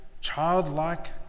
childlike